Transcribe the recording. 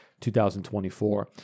2024